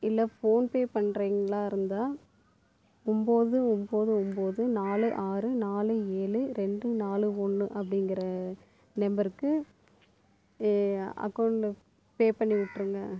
இல்லை ஃபோன்பே பண்ணுறிங்களா இருந்தால் ஒம்பது ஒம்பது ஒம்பது நாலு ஆறு நாலு ஏழு ரெண்டு நாலு ஒன்று அப்படிங்கிற நம்பருக்கு என் அக்கவுண்டுக்கு பே பண்ணி விட்ருங்க